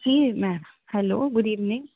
ji ma'am hello good evening